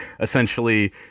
essentially